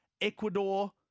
Ecuador